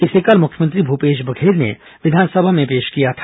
इसे कल मुख्यमंत्री भूपेश बघेल ने विधानसभा में पेश किया था